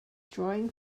drawing